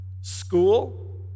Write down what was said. school